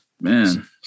man